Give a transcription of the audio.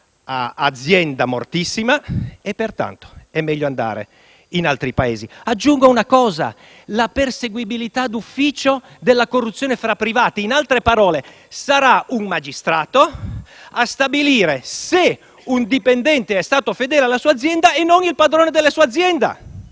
decisamente morta e pertanto è meglio andare in altri Paesi. Aggiungo un elemento: la perseguibilità d'ufficio della corruzione fra privati. In altre parole, sarà un magistrato a stabilire se un dipendente è stato fedele alla sua azienda e non il titolare della stessa azienda.